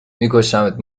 میکشمت